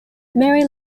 mary